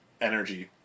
energy